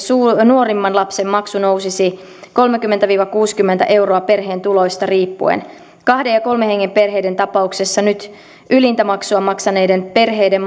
nuorimman lapsen maksu nousisi kolmekymmentä viiva kuusikymmentä euroa perheen tuloista riippuen kahden ja kolmen hengen perheiden tapauksessa nyt ylintä maksua maksaneiden perheiden